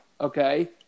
Okay